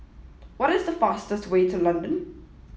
what is the fastest way to London